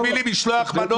כדי להביא לי משלוח מנות,